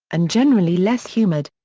and generally less humid.